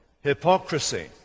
hypocrisy